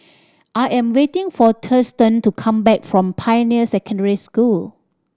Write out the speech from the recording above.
I am waiting for Thurston to come back from Pioneer Secondary School